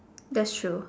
that's true